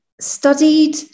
studied